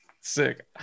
Sick